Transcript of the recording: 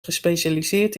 gespecialiseerd